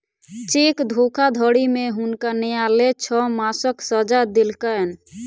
cheque धोखाधड़ी में हुनका न्यायलय छह मासक सजा देलकैन